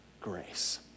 grace